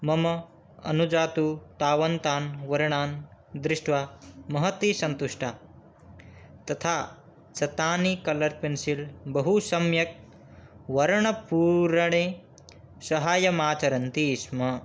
मम अनुजा तु तावतः वर्णान् दृष्ट्वा महती सन्तुष्टा तथा च तानि कलर् पेन्सिल् बहुसम्यक् वर्णपूरणे साहाय्यमाचरन्ति स्म